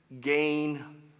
Gain